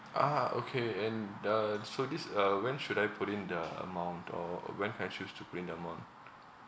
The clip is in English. ah okay and the so this uh when should I put in the amount or when can I choose to put in the amount